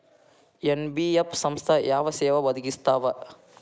NBF ಸಂಸ್ಥಾ ಯಾವ ಸೇವಾ ಒದಗಿಸ್ತಾವ?